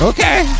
Okay